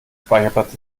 speicherplatz